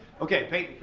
okay,